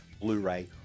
Blu-ray